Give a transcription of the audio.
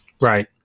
Right